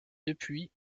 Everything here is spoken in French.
depuis